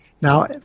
Now